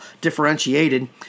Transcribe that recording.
differentiated